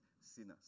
sinners